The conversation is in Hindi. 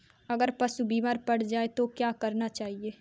अगर पशु बीमार पड़ जाय तो क्या करना चाहिए?